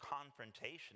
confrontation